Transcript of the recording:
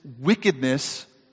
wickedness